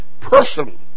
person